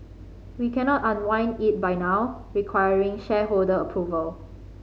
we cannot unwind it by now requiring shareholder approval